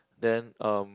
then um